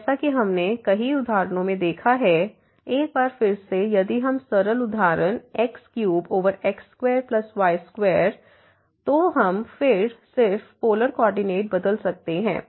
जैसा कि हमने कई उदाहरणों में देखा है एक बार फिर से यदि हम सरल उदाहरण x3x2y2 तो हम सिर्फ पोलर कोऑर्डिनेट बदल सकते हैं